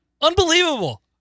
Unbelievable